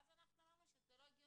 ואז אמרנו שזה לא הגיוני,